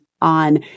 on